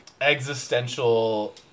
existential